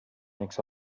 makes